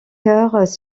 chœurs